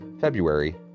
February